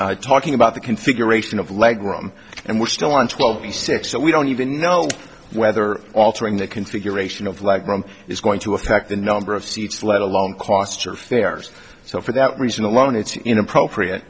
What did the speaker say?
case talking about the configuration of leg room and we're still on twelve to six so we don't even know whether altering the configuration of like rome is going to affect the number of seats let alone cost or if they are so for that reason alone it's inappropriate